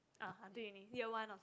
ah until uni year one ah